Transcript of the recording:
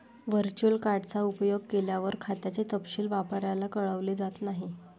virtual card चा उपयोग केल्यावर, खात्याचे तपशील व्यापाऱ्याला कळवले जात नाहीत